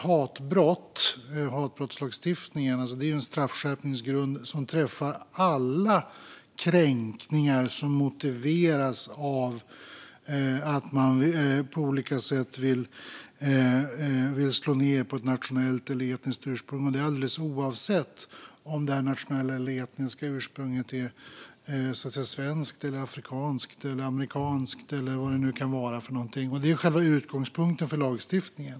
Hatbrottslagstiftningen är en straffgrund som träffar alla kränkningar som motiveras av att man på olika sätt vill slå ned på ett nationellt eller etniskt ursprung, och det alldeles oavsett om det nationella eller etniska ursprunget är svenskt, afrikanskt, amerikanskt eller vad det nu kan vara. Det är själva utgångspunkten för lagstiftningen.